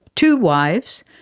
two wives,